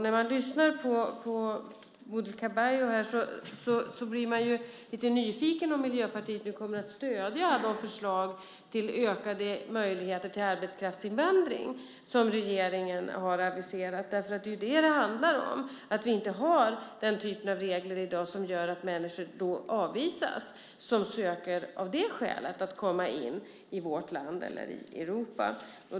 När man lyssnar på Bodil Ceballos blir man lite nyfiken på om Miljöpartiet nu kommer att stödja de förslag till ökade möjligheter till arbetskraftsinvandring som regeringen har aviserat. Det handlar ju om att vi inte har den typen av regler i dag, och det gör att människor som söker av det skälet avvisas från att komma in i vårt land eller i Europa.